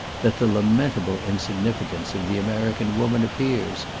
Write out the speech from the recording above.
that the lamentable insignificance of the american woman appears,